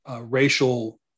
racial